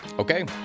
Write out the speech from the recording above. Okay